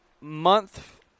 month